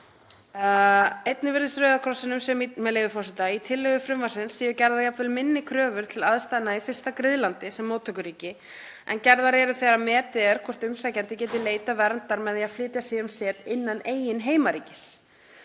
„Einnig virðist Rauða krossinum sem í tillögu frumvarpsins séu gerðar jafnvel minni kröfur til aðstæðna í fyrsta griðlandi sem móttökuríki en gerðar eru þegar metið er hvort umsækjandi geti leitað verndar með því að flytja sig um set innan eigin heimaríkis